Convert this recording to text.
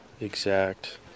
exact